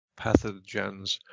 pathogens